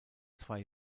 zwei